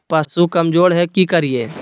पशु कमज़ोर है कि करिये?